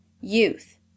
youth